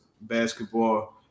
basketball